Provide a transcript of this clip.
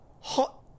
Hot